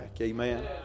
Amen